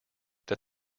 that